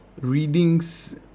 readings